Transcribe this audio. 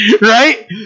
Right